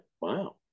wow